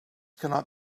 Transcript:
cannot